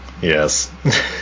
Yes